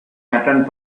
attend